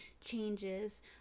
changes